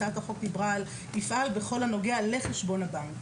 הצעת החוק דיברה על: "תפעל בכל הנוגע לחשבון הבנק",